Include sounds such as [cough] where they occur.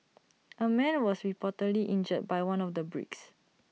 [noise] A man was reportedly injured by one of the bricks